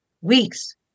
weeks